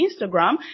Instagram